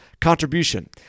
contribution